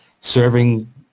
Serving